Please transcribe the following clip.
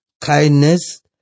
kindness